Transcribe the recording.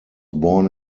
born